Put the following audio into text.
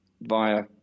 via